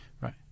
Right